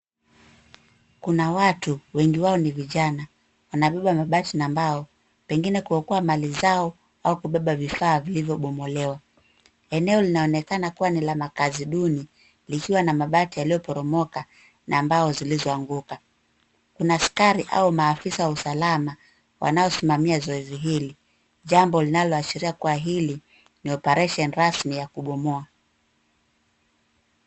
Kuna watu, wengi wao ni vijana, wanabeba mabati na mbao, pengine kuokoa mali zao au kubeba vifaa vilivyobomolewa. Eneo linaonekana kua ni la makazi duni, likiwa na mabati yaliyoporomoka na mbao zilizoanguka. Kuna askari au maafisa wa usalama, wanaosimamia zoezi hili, jambo linaloashiria kua hili ni operation rasmi ya kubomoa.